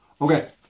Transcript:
Okay